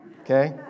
okay